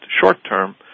short-term